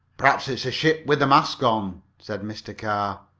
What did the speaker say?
perhaps it's a ship with the masts gone, said mr. carr.